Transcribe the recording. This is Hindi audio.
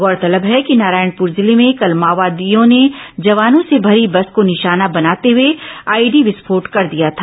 गौरतलब है कि नारायणपुर जिले में कल माओवादियों ने जवानों से भरी बस को निशाना बनाते हए आईईडी विस्फोट कर दिया था